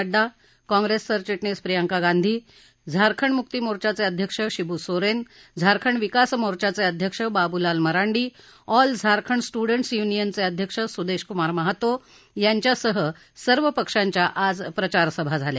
नड्डा काँग्रेस सरचिटणीस प्रियंका गांधी झारखंड मुक्ति मोर्चाचे अध्यक्ष शिबू सोरेन झारखंड विकास मोर्चाचे अध्यक्ष बाबूलाल मरांडी ऑल झारखंड स्टुंडट युनियनचे अध्यक्ष सुदेश कुमार महातो यांच्यासह सर्व पक्षांच्या आज प्रचारसभा झाल्या